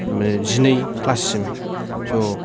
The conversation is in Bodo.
जिनै क्लास सिम